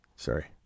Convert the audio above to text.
Sorry